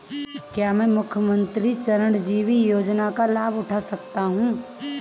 क्या मैं मुख्यमंत्री चिरंजीवी योजना का लाभ उठा सकता हूं?